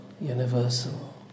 universal